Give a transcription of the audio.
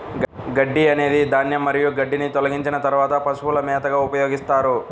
గడ్డి అనేది ధాన్యం మరియు గడ్డిని తొలగించిన తర్వాత పశువుల మేతగా ఉపయోగిస్తారు